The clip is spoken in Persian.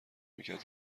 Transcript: میکرد